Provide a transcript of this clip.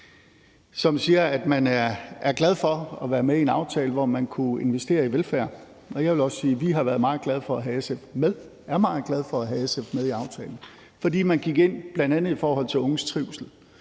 som siger, at man er glad for at være med i en aftale, hvor man kan investere i velfærd: Vi er meget glade for at have SF med i aftalen, fordi man bl.a. gik ind i den i forhold til unges trivsel,